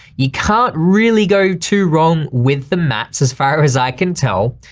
you can't really go too wrong with the mats as far as i can tell.